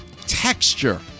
texture